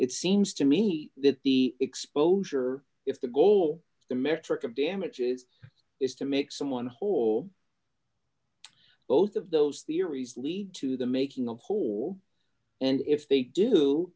it seems to me that the exposure if the goal the metric of damages is to make someone whole both of those theories lead to the making of whole and if they do